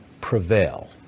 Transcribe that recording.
prevail